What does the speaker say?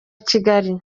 kigali